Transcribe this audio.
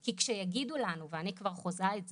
כי כשיגידו לנו, ואני כבר חוזה את זה,